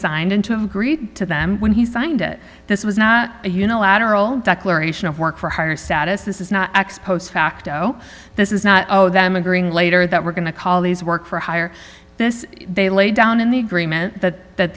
signed and to have agreed to them when he signed it this was not a unilateral declaration of work for hire status this is not post facto this is not oh them agreeing later that we're going to call these work for hire this they laid down in the agreement that th